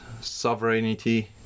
sovereignty